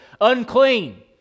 unclean